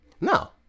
No